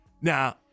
now